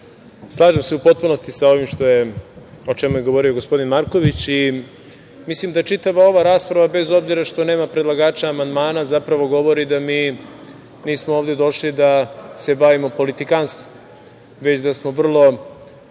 se u potpunosti sa ovim o čemu je govorio gospodin Markoviću i mislim da čitava ova rasprava, bez obzira što nema predlagača amandmana, zapravo govori da mi nismo ovde došli da se bavimo politikanstvom, već da smo vrlo